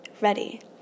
Ready